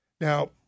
now